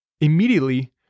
immediately